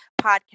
podcast